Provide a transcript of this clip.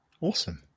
Awesome